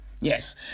yes